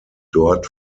dort